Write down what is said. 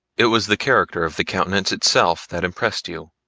it was the character of the countenance itself that impressed you.